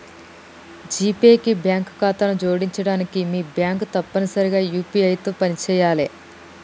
GPay కి bank ఖాతాను జోడించడానికి మీ బ్యాంక్ తప్పనిసరిగా యూ.పీ.ఐ తో పనిచేయాలే